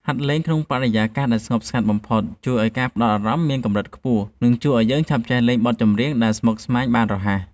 ហាត់លេងក្នុងបរិយាកាសដែលស្ងប់ស្ងាត់បំផុតជួយឱ្យការផ្ដោតអារម្មណ៍មានកម្រិតខ្ពស់ និងជួយឱ្យយើងឆាប់ចេះលេងបទចម្រៀងដែលស្មុគស្មាញបានរហ័ស។